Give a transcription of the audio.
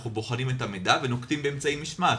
אנחנו בוחנים את המידע ונוקטים באמצעי משמעת,